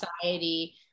society